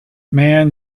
man